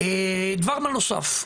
דבר נוסף,